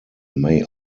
may